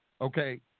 okay